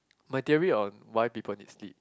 my theory on why people need sleep